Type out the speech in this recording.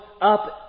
up